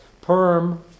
Perm